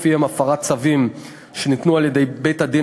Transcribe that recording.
ולפיהם הפרת צווים שניתנו על-ידי בית-הדין